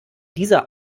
dieser